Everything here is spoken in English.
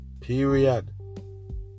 Period